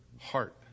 heart